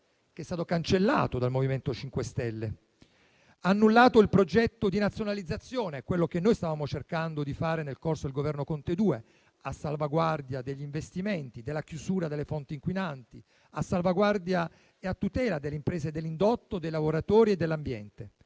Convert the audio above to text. che era stato cancellato dal MoVimento 5 Stelle; ha annullato il progetto di nazionalizzazione, quello che noi stavamo cercando di fare nel corso del Governo Conte II, a salvaguardia degli investimenti e della chiusura delle fonti inquinanti, a salvaguardia e a tutela delle imprese e dell'indotto, dei lavoratori e dell'ambiente.